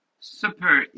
super